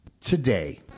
today